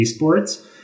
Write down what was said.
esports